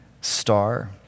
star